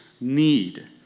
need